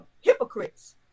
hypocrites